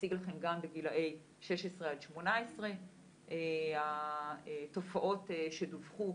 אציג לכם גם בגילאי 16 עד 18. התופעות שדווחו,